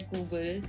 Google